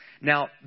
Now